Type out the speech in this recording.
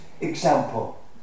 example